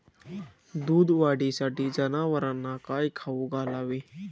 दूध वाढीसाठी जनावरांना काय खाऊ घालावे?